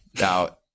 now